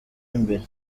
imbere